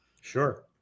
Sure